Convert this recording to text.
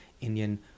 Indian